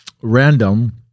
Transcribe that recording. random